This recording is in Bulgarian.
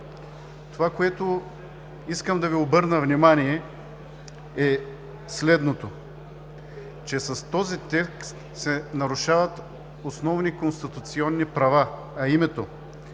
Това, на което искам да Ви обърна внимание, е следното. С този текст се нарушават основни конституционни права, а именно